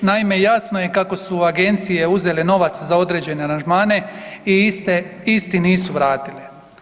Naime, jasno je kako su agencije uzele novac za određene aranžmane i iste, isti nisu vratile.